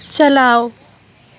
چلاؤ